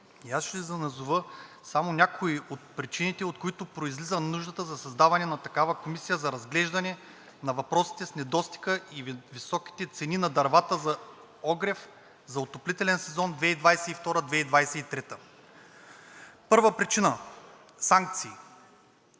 И аз ще назова само някои от причините, от които произлиза нуждата за създаване на такава комисия за разглеждане на въпросите с недостига и високите цени на дървата за огрев за отоплителен сезон 2022 – 2023 г. Първа причина – санкции.